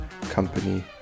company